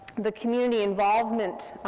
the community involvement,